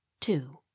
two